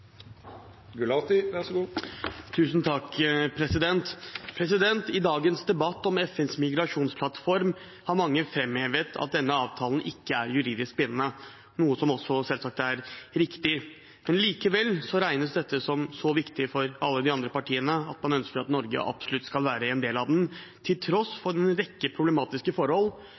dette som så viktig for alle de andre partiene at man ønsker at Norge absolutt skal være en del av den, til tross for en rekke problematiske forhold